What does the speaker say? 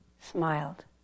smiled